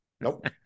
Nope